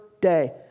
day